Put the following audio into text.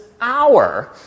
hour